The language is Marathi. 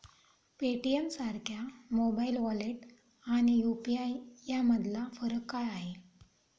पेटीएमसारख्या मोबाइल वॉलेट आणि यु.पी.आय यामधला फरक काय आहे?